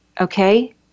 Okay